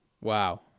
Wow